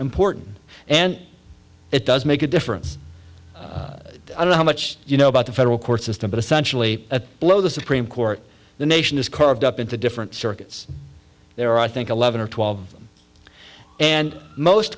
important and it does make a difference i don't know how much you know about the federal court system but essentially at below the supreme court the nation is carved up into different circuits there are i think eleven or twelve and most